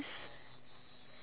yes